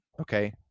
okay